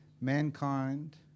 Mankind